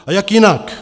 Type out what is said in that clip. A jak jinak?